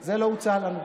זה לא הוצע לנו.